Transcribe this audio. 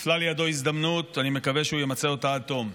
נפלה לידו הזדמנות ואני מקווה שהוא ימצה אותה עד תום.